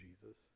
Jesus